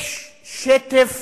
יש שטף